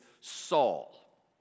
Saul